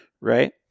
right